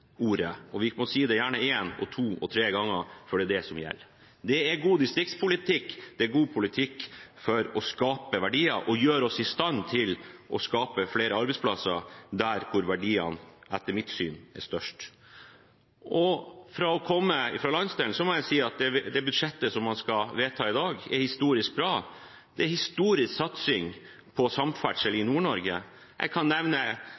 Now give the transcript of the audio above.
og god politikk for å skape verdier, og det gjør oss i stand til å skape flere arbeidsplasser der verdiene, etter mitt syn, er størst. For å komme fra landsdelen må jeg si at budsjettet som skal vedtas i dag, er historisk bra. Det er en historisk satsing på samferdsel i Nord-Norge. Jeg